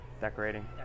Decorating